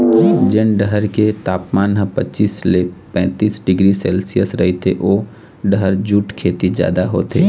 जेन डहर के तापमान ह पचीस ले पैतीस डिग्री सेल्सियस रहिथे ओ डहर जूट खेती जादा होथे